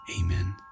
Amen